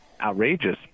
outrageous